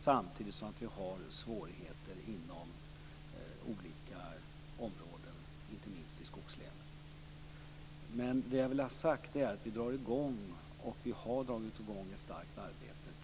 Samtidigt har vi svårigheter inom olika områden, inte minst i skogslänen. Men det jag vill ha sagt är att vi drar i gång, och vi har dragit i gång, ett starkt arbete.